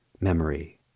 memory